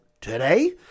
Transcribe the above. today